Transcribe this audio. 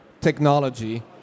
technology